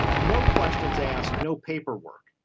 no questions asked, no paperwork,